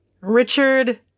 Richard